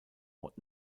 what